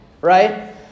Right